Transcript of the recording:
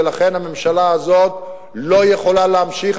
ולכן הממשלה הזאת לא יכולה להמשיך.